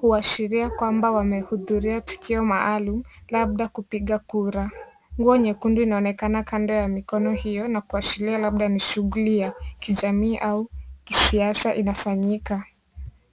Huashiria kwamba wamehudhuria tukio maalum labda kupiga kura. Nguo nyekundu inaonekana kanda ya mikono hiyo na kwashiria labda ni shughuli ya kijamii au kisiasa inafanyika.